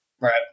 Right